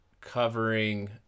covering